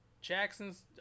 Jackson's